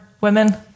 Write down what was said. women